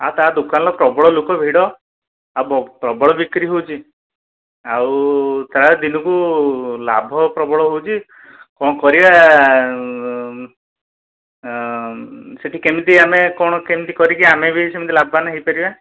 ଆଉ ତା ଦୋକାନରେ ପ୍ରବଳ ଲୋକ ଭିଡ଼ ଆଉ ପ୍ରବଳ ବିକ୍ରି ହେଉଛି ଆଉ ତା'ର ଦିନକୁ ଲାଭ ପ୍ରବଳ ହେଉଛି କ'ଣ କରିବା ସେଠି କେମିତି ଆମେ କ'ଣ କେମିତି କରିକି ଆମେ ବି ସେମିତି ଲାଭବାନ ହୋଇପାରିବା